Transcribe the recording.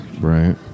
Right